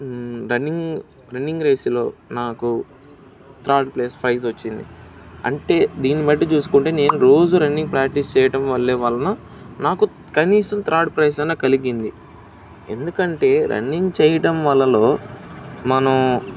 running running రేసులో నాకు third place prize వచ్చింది అంటే దీన్ని బట్టి చూసుకుంటే నేను రోజు రన్నింగ్ ప్రాక్టీస్ చెయ్యడం వల్లే వలన నాకు కనీసం థర్డ్ ప్రైజ్ అన్నా కలిగింది ఎందుకంటే రన్నింగ్ చెయ్యడం వలన మనం